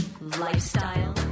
lifestyle